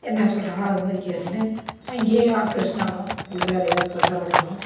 என்ன சொல்கிறாங்களோ அது மாரி கேட்டுனு அங்கேயே ஆப்ரேஷனாலும் இல்லை வேற ஏதாவு தொந்தரவுனாலும்